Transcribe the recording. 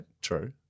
True